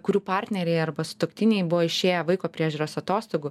kurių partneriai arba sutuoktiniai buvo išėję vaiko priežiūros atostogų